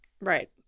right